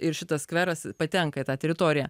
ir šitas skveras patenka į tą teritoriją